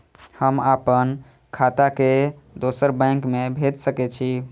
हम आपन खाता के दोसर बैंक में भेज सके छी?